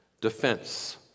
Defense